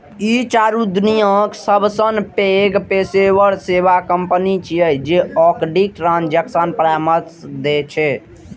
ई चारू दुनियाक सबसं पैघ पेशेवर सेवा कंपनी छियै जे ऑडिट, ट्रांजेक्शन परामर्श दै छै